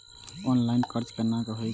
Online कर्ज केना होई छै?